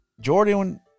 jordan